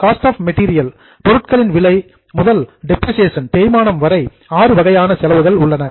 cost of material பொருட்களின் விலை முதல் டெப்ரிசியேசன் தேய்மானம் வரை ஆறு வகையான செலவுகள் உள்ளன